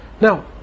Now